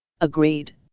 Agreed